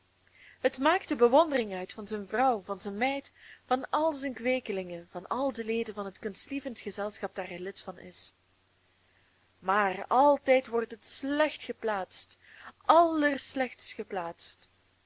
het maakt de bewondering uit van zijn vrouw van zijn meid van al zijn kweekelingen en van al de leden van het kunstlievend gezelschap daar hij lid van is maar altijd wordt het slecht geplaatst allerslechtst geplaatst